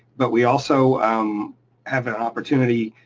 but we also um have an opportunity,